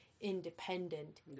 independent